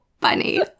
funny